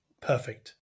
Perfect